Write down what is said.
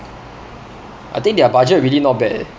I think their budget really not bad eh